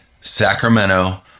Sacramento